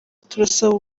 turasaba